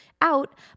out